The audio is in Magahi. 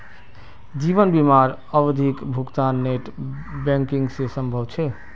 जीवन बीमार आवधिक भुग्तान नेट बैंकिंग से संभव छे?